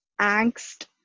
angst